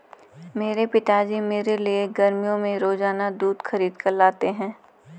मेरे पिताजी मेरे लिए गर्मियों में रोजाना दूध खरीद कर लाते हैं